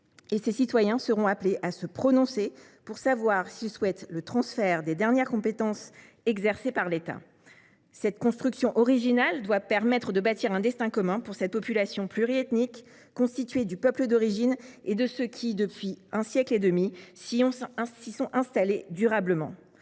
ses citoyens seront appelés à se prononcer pour savoir s’ils souhaitent le transfert des dernières compétences exercées par l’État. Cette construction originale doit permettre de bâtir un destin commun pour cette population pluriethnique, constituée du peuple d’origine et de ceux qui, depuis un siècle et demi, s’y sont installés durablement.